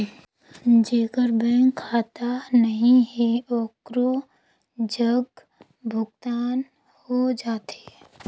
जेकर बैंक खाता नहीं है ओकरो जग भुगतान हो जाथे?